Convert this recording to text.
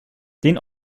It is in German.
den